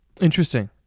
Interesting